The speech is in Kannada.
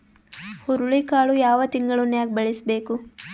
ಹುರುಳಿಕಾಳು ಯಾವ ತಿಂಗಳು ನ್ಯಾಗ್ ಬೆಳಿಬೇಕು?